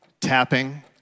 tapping